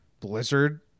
blizzard